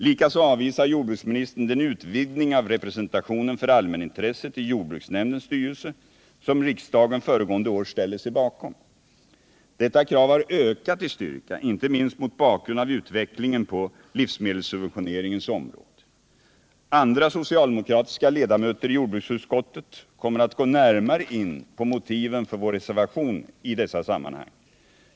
Likaså avvisar jordbruksministern den utvidgning av representationen för allmänintresset i jordbruksnämndens styrelse som riksdagen föregående år ställde sig bakom. Detta krav har ökat i styrka, inte minst mot bakgrund av utvecklingen på livsmedelssubventioneringens område. Andra socialdemokratiska ledamöter i jordbruksutskottet kommer att gå närmare in på motiven för vår reservation i dessa sammanhang.